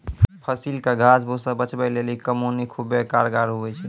फसिल के घास फुस से बचबै लेली कमौनी खुबै कारगर हुवै छै